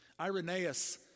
Irenaeus